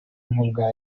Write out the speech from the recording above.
nk’ubwa